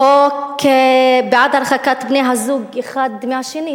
חוק בעד הרחקת בני-זוג אחד מהשני,